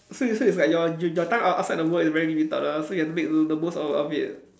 so it's so it's like your your your time out outside the world is very limited ah so you have to make the the most out of it